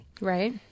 Right